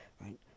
Right